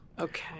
Okay